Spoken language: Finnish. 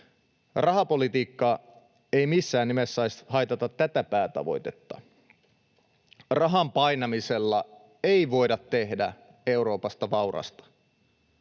Rahapolitiikka ei missään nimessä saisi haitata tätä päätavoitetta. Rahan painamisella ei voida tehdä Euroopasta vaurasta.